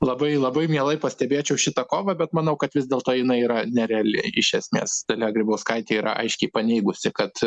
labai labai mielai pastebėčiau šitą kovą bet manau kad vis dėlto jinai yra nereali iš esmės dalia grybauskaitė yra aiškiai paneigusi kad